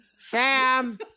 Sam